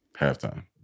halftime